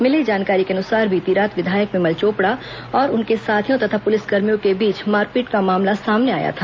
मिली जानकारी के अनुसार बीती रात विधायक विमल चोपड़ा और उनके साथियों तथा पुलिस कर्मियों के बीच मारपीट का मामला सामने आया था